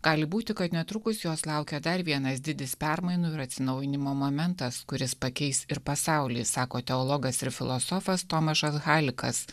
gali būti kad netrukus jos laukia dar vienas didis permainų ir atsinaujinimo momentas kuris pakeis ir pasaulį sako teologas ir filosofas tomašas halikas